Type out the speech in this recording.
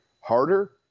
harder